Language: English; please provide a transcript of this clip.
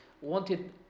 wanted